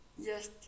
Yes